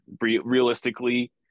realistically